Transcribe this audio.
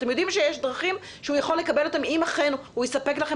אתם יודעים שיש דרכים שהוא יכול לקבל אותו אם אכן הוא יספק לכם